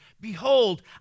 Behold